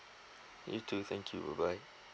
you too thank you bye bye